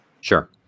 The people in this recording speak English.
Sure